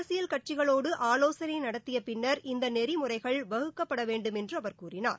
அரசியல் கட்சிகளோடு ஆலோசனை நடத்திய பின்னர் இந்த நெறிமுறைகள் வகுக்கப்படவேண்டும் என்று அவர் கூறினார்